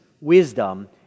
wisdom